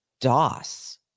DOS